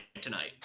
tonight